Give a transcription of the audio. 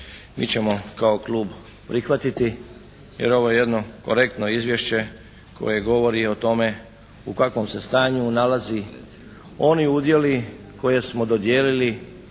mi ćemo kao klub prihvatiti, jer ovo je jedno korektno izvješće koje govori o tome u kakvom se stanju nalazi oni udjeli koje smo dodijelili